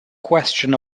question